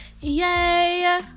yay